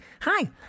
hi